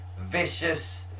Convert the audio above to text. vicious